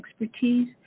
expertise